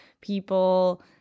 people